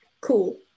Cool